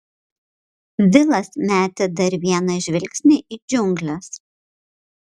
vilas metė dar vieną žvilgsnį į džiungles